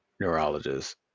neurologist